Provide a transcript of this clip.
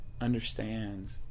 understands